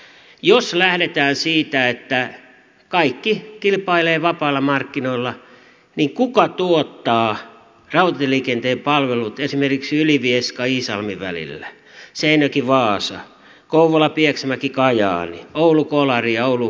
jos lähdetään siitä että kaikki kilpailevat vapailla markkinoilla niin kuka tuottaa rautatieliikenteen palvelut esimerkiksi väleillä ylivieskaiisalmi seinäjokivaasa kouvolapieksämäkikajaani oulukolari ja oulurovaniemi